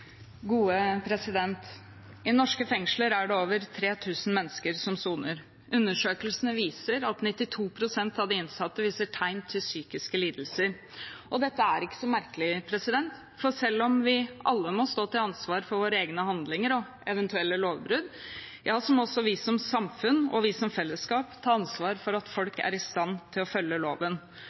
merkelig, for selv om vi alle må stå til ansvar for våre egne handlinger og eventuelle lovbrudd, må også vi som samfunn og vi som fellesskap ta ansvar for at folk er i stand til å følge loven.